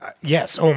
yes